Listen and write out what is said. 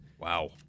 Wow